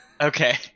okay